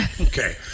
okay